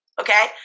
okay